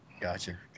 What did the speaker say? Gotcha